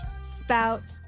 Spout